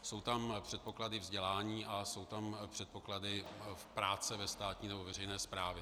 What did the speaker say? Jsou tam předpoklady ke vzdělání a jsou tam předpoklady práce ve veřejné správě.